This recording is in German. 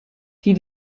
die